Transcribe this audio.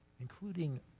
including